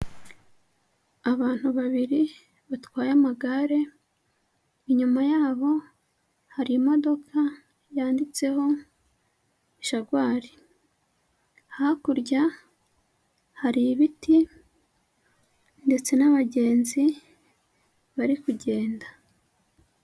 Abantu babiri batwaye amagare, inyuma yabo hari imodoka yanditseho Jagwari. Hakurya hari ibiti ndetse n'abagenzi bari kugenda.